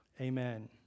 Amen